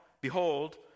behold